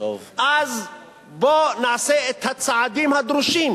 אז בוא נעשה את הצעדים הדרושים